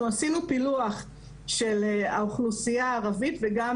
אנחנו פילוח של האוכלוסייה הערבית וגם